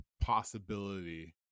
possibility